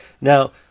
Now